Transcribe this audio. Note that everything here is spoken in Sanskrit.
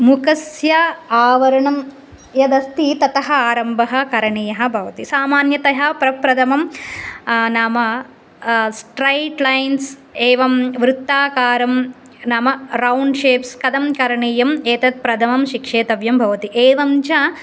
मुखस्य आवरणं यदस्ति ततः अरम्भः करणीयः भवति सामान्यतः प्रप्रतमं नाम स्ट्रैट् लैन्स् एवं वृत्ताकारं नाम रौन्ड् शेप्स् कथं करणीयम् एतत् प्रथमं शिक्षेतव्यं भवति एवं च